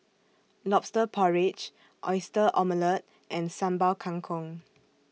Lobster Porridge Oyster Omelette and Sambal Kangkong